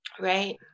right